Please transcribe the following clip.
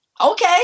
Okay